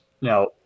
Now